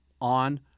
on